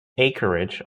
acreage